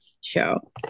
show